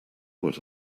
what